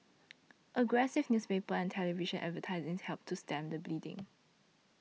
aggressive newspaper and television advertising helped to stem the bleeding